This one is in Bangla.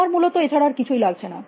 তোমার মূলত এ ছাড়া আর কিছুই লাগছে না